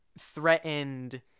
threatened